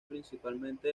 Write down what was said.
principalmente